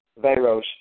Veros